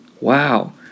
Wow